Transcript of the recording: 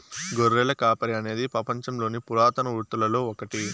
గొర్రెల కాపరి అనేది పపంచంలోని పురాతన వృత్తులలో ఒకటి